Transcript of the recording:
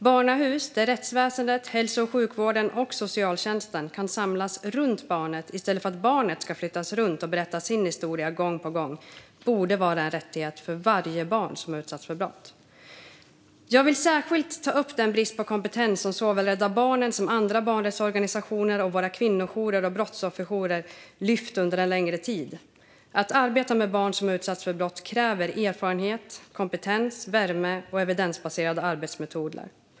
Barnahus, där rättsväsendet, hälso och sjukvården och socialtjänsten kan samlas runt barnet, i stället för att barnet ska flyttas runt och berätta sin historia gång på gång, borde vara en rättighet för varje barn som har utsatts för brott. Jag vill särskilt ta upp den brist på kompetens som såväl Rädda Barnen som andra barnrättsorganisationer och våra kvinnojourer och brottsofferjourer har lyft under en längre tid. Att arbeta med barn som har utsatts för brott kräver erfarenhet, kompetens, värme och evidensbaserade arbetsmetoder.